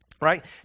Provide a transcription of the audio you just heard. right